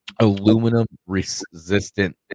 aluminum-resistant